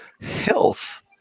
health